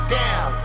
down